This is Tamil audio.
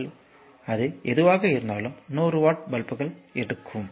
அதில் எது எதுவாக இருந்தாலும் 100 வாட் பல்புகள் எதுக்கும்